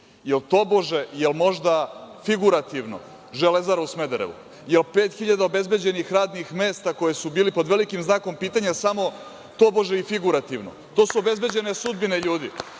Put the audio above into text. i Kinom. Jel možda figurativno Železara u Smederevu? Jel 5.000 obezbeđenih radnih mesta koja su bila pod velikim znakom pitanja samo tobože i figurativno? Ovde su obezbeđene sudbine ljudi.